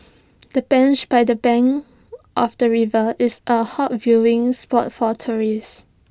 the bench by the bank of the river is A hot viewing spot for tourists